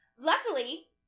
Luckily